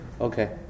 Okay